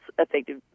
Effective